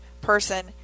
person